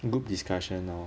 group discussion lor